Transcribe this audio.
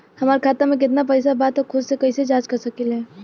हमार खाता में केतना पइसा बा त खुद से कइसे जाँच कर सकी ले?